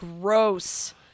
gross